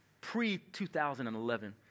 pre-2011